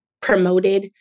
promoted